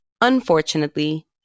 Unfortunately